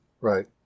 Right